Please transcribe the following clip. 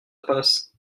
passe